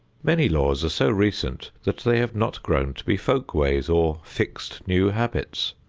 many laws are so recent that they have not grown to be folk-ways or fixed new habits,